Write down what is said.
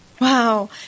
Wow